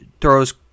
throws